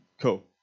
Cool